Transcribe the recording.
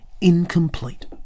incomplete